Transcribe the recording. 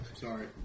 sorry